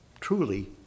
truly